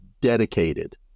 dedicated